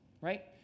right